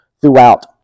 throughout